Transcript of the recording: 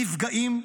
נפגעים,